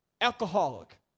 alcoholic